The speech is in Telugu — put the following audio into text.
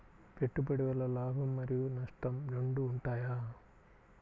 పెట్టుబడి వల్ల లాభం మరియు నష్టం రెండు ఉంటాయా?